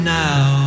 now